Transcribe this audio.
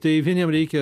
tai vieniem reikia